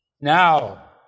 Now